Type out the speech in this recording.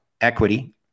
equity